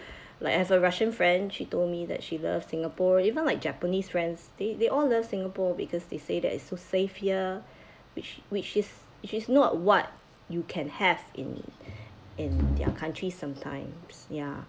like as a russian friend she told me that she loves singapore even like japanese friends they they all love singapore because they say that is so safe here which which is which is not what you can have in in their countries sometimes ya